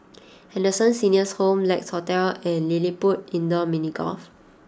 Henderson Senior's Home Lex Hotel and LilliPutt Indoor Mini Golf